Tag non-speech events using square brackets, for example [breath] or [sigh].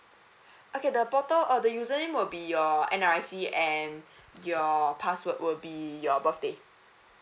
[breath] okay the portal oh the username will be your N_R_I_C and your password will be your birth date